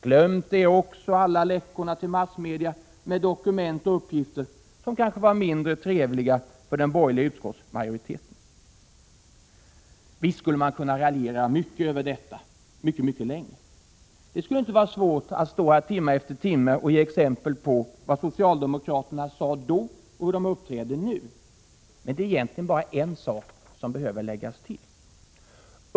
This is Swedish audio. Glömt är också alla läckorna till massmedia med dokument och uppgifter, som kanske var mindre trevliga för den borgerliga utskottsmajoriteten. Visst skulle man kunna raljera mycket över detta, mycket länge. Det skulle inte vara svårt att stå här timme efter timme och ge exempel på vad socialdemokraterna sade då och hur de uppträder nu. Men det är egentligen bara en sak som behöver läggas till.